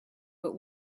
but